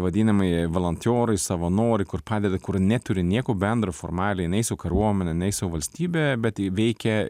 vadinamieji valantiorai savanoriai kur padeda kur neturi nieko bendro formaliai nei su karuomene nei su valstybe bet jie veikia